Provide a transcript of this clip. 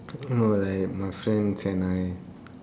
no like my friends and I